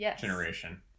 generation